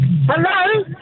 Hello